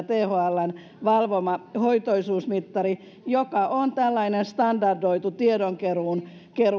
thln valvoma hoitoisuusmittari joka on tällainen standardoitu tiedonkeruun